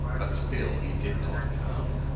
but still he did not come.